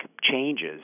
changes